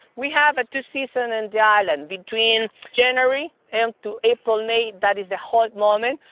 we have two seasons on and the island, between january and to april may, that is the hot moment,